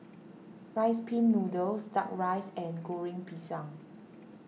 Rice Pin Noodles Duck Rice and Goreng Pisang